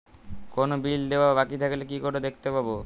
কোনো বিল দেওয়া বাকী থাকলে কি করে দেখতে পাবো?